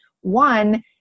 One